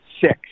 six